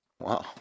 Wow